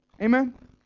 Amen